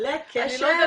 ל- -- אני לא יודעת,